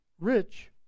rich